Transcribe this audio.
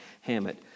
Hammett